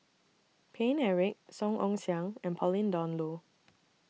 Paine Eric Song Ong Siang and Pauline Dawn Loh